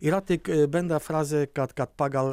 yra tik bendra frazė kad kad pagal